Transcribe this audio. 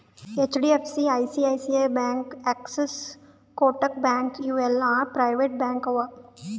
HDFC, ICICI bank, Axis, Kotak bank ಇವು ಎಲ್ಲಾ private bank ಅವಾ